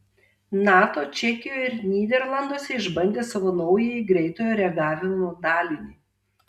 nato čekijoje ir nyderlanduose išbandė savo naująjį greitojo reagavimo dalinį